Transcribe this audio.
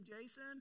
Jason